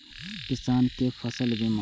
किसान कै फसल बीमा?